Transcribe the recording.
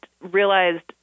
realized